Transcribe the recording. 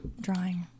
drawing